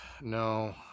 no